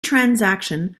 transaction